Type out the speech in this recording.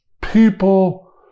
people